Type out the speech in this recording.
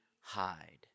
hide